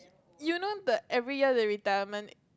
you know the every year the retirement